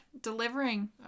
delivering